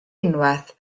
unwaith